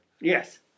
Yes